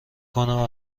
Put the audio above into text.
کنم